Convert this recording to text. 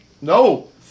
no